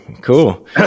cool